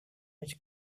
his